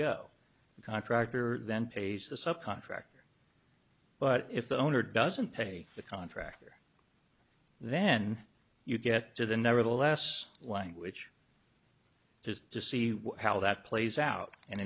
the contractor then pays the subcontractor but if the owner doesn't pay the contractor then you get to the nevertheless language just to see how that plays out and